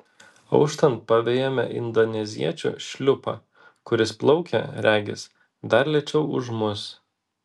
auštant pavejame indoneziečių šliupą kuris plaukia regis dar lėčiau už mus